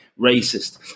racist